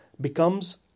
becomes